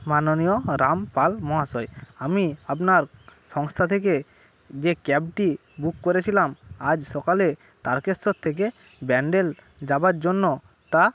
মাননীয় রাম পাল মহাশয় আমি আপনার সংস্থা থেকে যে ক্যাবটি বুক করেছিলাম আজ সকালে তারকেশ্বর থেকে ব্যান্ডেল যাবার জন্য তা